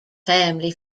family